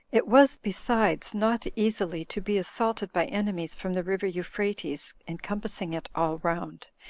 it was, besides, not easily to be assaulted by enemies, from the river euphrates encompassing it all round,